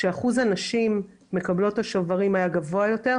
כשאחוז הנשים מקבלות השוברים היה גבוה יותר.